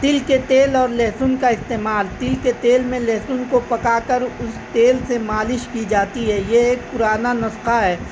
تل کے تیل اور لہسن کا استعمال تل کے تیل میں لہسن کو پکا کر اس تیل سے مالش کی جاتی ہے یہ ایک پرانا نسخہ ہے